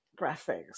graphics